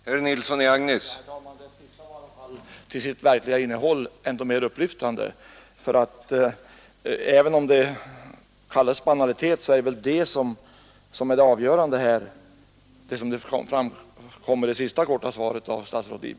Herr talman! Det senaste inlägget var i alla fall till sitt verkliga innehåll mer upplyftande. Även om det kallas banalitet är väl det avgörande här just det som framkommer i den senaste korta repliken från statsrådet Lidbom.